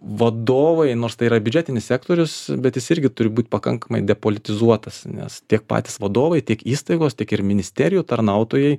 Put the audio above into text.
vadovai nors tai yra biudžetinis sektorius bet jis irgi turi būt pakankamai depolitizuotas nes tiek patys vadovai tiek įstaigos tiek ir ministerijų tarnautojai